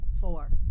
four